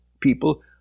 people